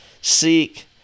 seek